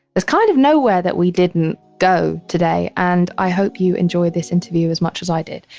there's kind of nowhere that we didn't go today. and i hope you enjoy this interview as much as i did.